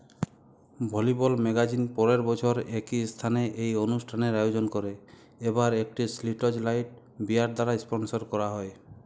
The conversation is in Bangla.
ভলিবল ম্যাগাজিন পরের বছর একই স্থানে এই অনুষ্ঠানের আয়োজন করে এবার এটি শ্লিটজ লাইট বিয়ার দ্বারা স্পন্সর করা হয়